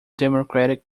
democratic